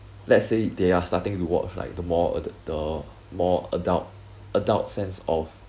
let's say they are starting to watch like the more the more adult adult sense of